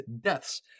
deaths